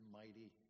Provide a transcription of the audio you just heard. mighty